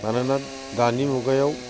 मानोना दानि मुगायाव